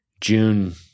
June